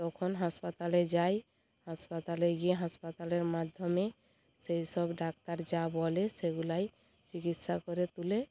তখন হাসপাতালে যাই হাসপাতালে গিয়ে হাসপাতালের মাধ্যমে সেই সব ডাক্তার যা বলে সেগুলোই চিকিৎসা করে তুলে